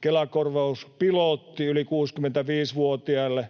Kela-korvauspilotti yli 65-vuotiaille,